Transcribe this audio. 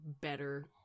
better